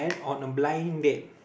on a blind date